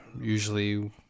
usually